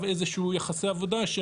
איזשהם יחסי עבודה עם הוועדה לתכנון ובנייה,